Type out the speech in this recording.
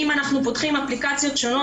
אם אנחנו פותחים אפליקציות שונות,